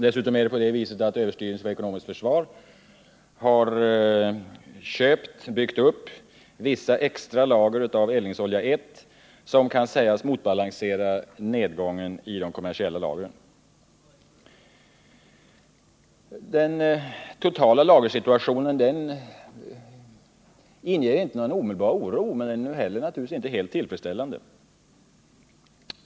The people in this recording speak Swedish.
Dessutom har överstyrelsen för ekonomiskt försvar byggt upp vissa extra lager av eldningsolja 1, som kan sägas balansera nedgången av de kommersiella lagren. Den totala lagersituationen inger inte någon omedelbar oro, men den är naturligtvis inte heller helt tillfredsställande.